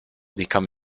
become